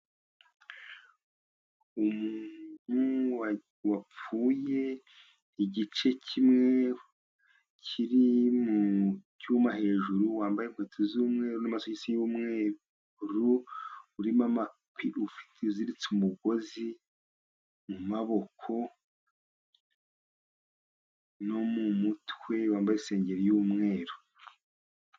Umuntu wapfuye igice kimwe kiri mu cyuma hejuru, wambaye inkweto z'umweru, n'amasogisi y'umweru, uziritse umugozi mu maboko no mu mutwe, wambaye isengeri y'umweru.